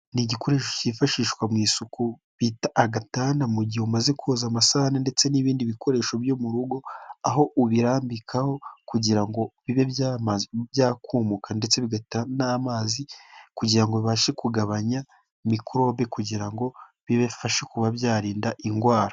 Ni igikoresho cyifashishwa mu isuku bita agatanda, mu gihe umaze koza amasahani ndetse n'ibindi bikoresho byo mu rugo aho ubirambikaho kugira ngo bibe byakumuka ndetse bigata n'amazi kugira ngo bibashe kugabanya mikorobe, kugira ngo bibafashe kuba byarinda indwara.